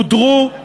הודרו, ולזה,